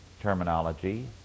terminology